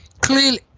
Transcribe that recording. clearly